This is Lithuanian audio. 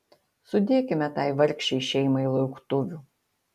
sudėkime tai vargšei šeimai lauktuvių